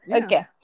Okay